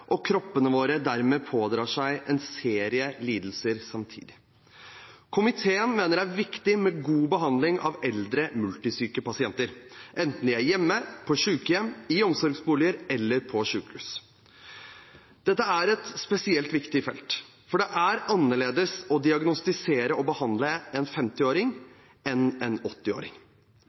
og kroppene våre dermed pådrar seg en serie lidelser samtidig. Komiteen mener det er viktig med god behandling av eldre multisyke pasienter, enten de er hjemme, på sykehjem, i omsorgsboliger eller på sykehus. Dette er et spesielt viktig felt, for det er annerledes å diagnostisere og behandle en 50-åring enn en